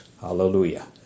Hallelujah